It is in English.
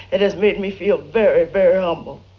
it has made me feel very, very humble,